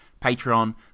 Patreon